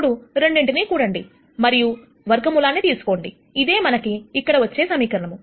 ఇప్పుడు రెండింటినీ కూడండి మరియు వర్గమూలాన్ని తీసుకోండి అదే మనకి ఇక్కడ వచ్చే సమీకరణం